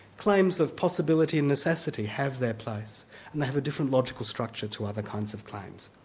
claims of possibility and necessity have their place and they have a different logical structure to other kinds of claims.